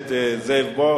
הכנסת זאב,